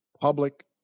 public